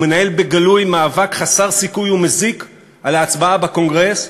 הוא מנהל בגלוי מאבק חסר סיכוי ומזיק על ההצבעה בקונגרס,